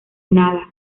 nada